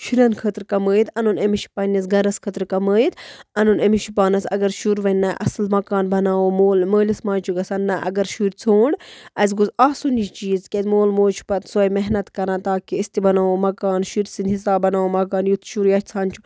شُرٮ۪ن خٲطرٕ کَمٲیِتھ اَنُن أمِس چھِ پنٛنِس گَرَس خٲطرٕ کَمٲیِتھ اَنُن أمِس چھِ پانَس اَگر شُر وَنہِ نَہ اَصٕل مکان بَناوو مول مٲلِس ماجہِ چھُ گژھان نَہ اگر شُرۍ ژھونٛڈ اَسہِ گوٚژھ آسُن یہِ چیٖز کیٛازِ مول موج چھُ پَتہٕ سۄے محنت کَران تاکہِ أسۍ تہِ بَناوو مَکان شُرۍ سٕنٛدۍ حساب بَناوو مَکان یُتھ شُر یَژھان چھُ